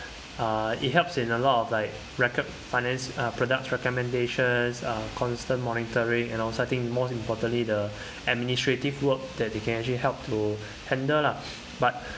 uh it helps in a lot of like reco~ finance uh products recommendations uh constant monitoring and also I think most importantly the administrative work that they can actually help to handle lah but